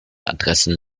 adressen